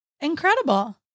Incredible